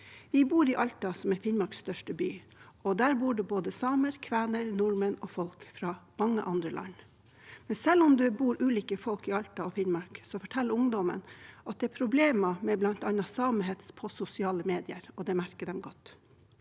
De bor i Alta, som er Finnmarks største by, og der bor det både samer, kvener, nordmenn og folk fra mange andre land. Selv om det bor ulike folk i Alta og Finnmark, forteller ungdommen at det er problemer med bl.a. samehets på sosiale medier, og det merker de godt.